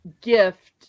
gift